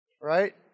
right